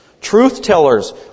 Truth-tellers